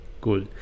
Cool